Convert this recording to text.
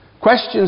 Questions